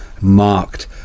marked